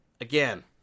again